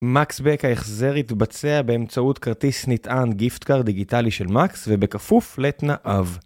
MAX Back ההחזר יתבצע באמצעות כרטיס נטען גיפט-קארד דיגיטלי של מקס ובכפוף לתנאיו.